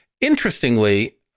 Interestingly